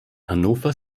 hannover